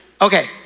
Okay